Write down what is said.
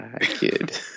kid